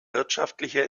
wirtschaftliche